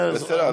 בסדר,